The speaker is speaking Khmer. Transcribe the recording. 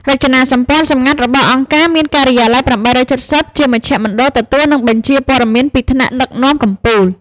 រចនាសម្ព័ន្ធសម្ងាត់របស់អង្គការមាន «ការិយាល័យ ៨៧០» ជាមជ្ឈមណ្ឌលទទួល និងបញ្ជាព័ត៌មានពីថ្នាក់ដឹកនាំកំពូល។